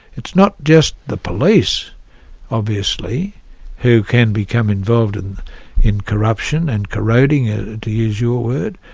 it's not just the police obviously who can become involved in in corruption and corroding ah to use your word,